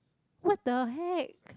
what the heck